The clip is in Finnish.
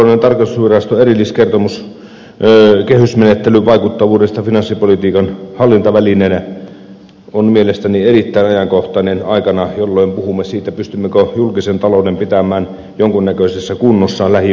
käsittelyssä oleva valtiontalouden tarkastusviraston erilliskertomus kehysmenettelyn vaikuttavuudesta finanssipolitiikan hallintavälineenä on mielestäni erittäin ajankohtainen aikana jolloin puhumme siitä pystymmekö julkisen talouden pitämään jonkun näköisessä kunnossa lähivuosina